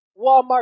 Walmart